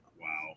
Wow